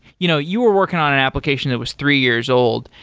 you know you were working on an application that was three-years-old,